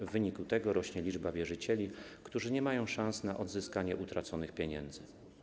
W wyniku tego rośnie liczba wierzycieli, którzy nie mają szans na odzyskanie utraconych pieniędzy.